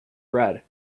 bread